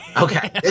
Okay